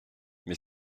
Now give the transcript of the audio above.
mais